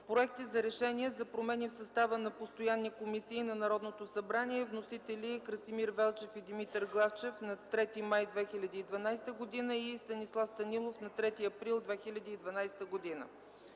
Проекти за решения за промени в състава на постоянни комисии на Народното събрание. Вносители: Красимир Велчев и Димитър Главчев на 3 май 2012 г.; Станислав Станилов на 3 април 2012 г.